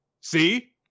see